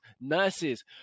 nurses